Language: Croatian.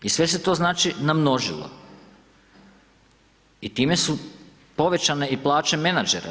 I sve se to, znači, namnožilo i time su povećane i plaće menadžera.